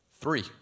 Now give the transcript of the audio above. Three